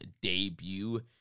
debut